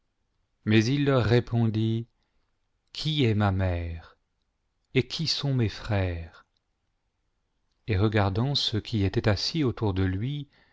mais il leur répondit qui est ma mère et qui sont mes frères et regardant ceux qui étaient assis autour de lui